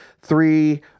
three